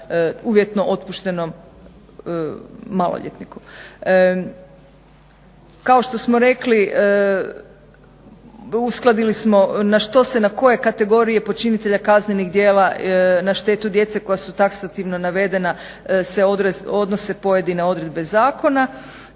uvjetnom otpuštenom maloljetniku. Kao što smo rekli, uskladili smo na što se, na koje kategorije počinitelja kaznenih djela na štetu djece koja su taksativno navedena se odnose pojedine odredbe zakona.